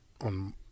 on